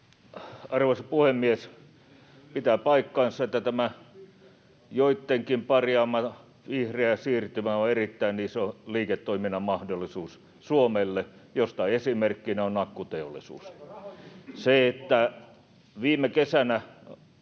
Arvoisa puhemies! Pitää paikkansa, että tämä joittenkin parjaama vihreä siirtymä on erittäin iso liiketoiminnan mahdollisuus Suomelle, ja siitä esimerkkinä on akkuteollisuus. Viime kesänä